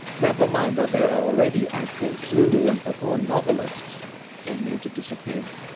nevermind that there are already actual zulu and papuan novelists that are made to disappear.